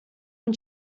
amb